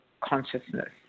consciousness